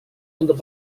untuk